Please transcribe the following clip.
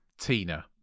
Tina